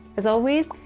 as always,